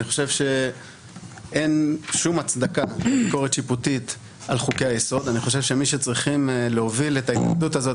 עשו ביקורת שיפוטית ויש כאן באריכות תיאור של תיקון לחוקה,